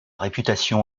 réputation